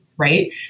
Right